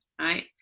right